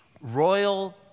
royal